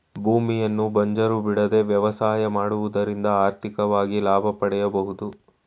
ಭೂಮಿಯನ್ನು ಬಂಜರು ಬಿಡದೆ ವ್ಯವಸಾಯ ಮಾಡುವುದರಿಂದ ಆರ್ಥಿಕವಾಗಿ ಲಾಭ ಪಡೆಯಬೋದು